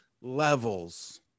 levels